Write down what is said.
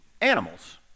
animals